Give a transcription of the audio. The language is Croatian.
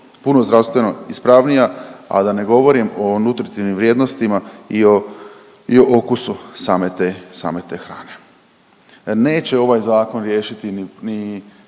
puno zdravstveno ispravnija, a da ne govorim o nutritivnim vrijednostima i o, i o okusu same te, same te hrane. Neće ovaj zakon riješiti ni,